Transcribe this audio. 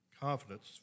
confidence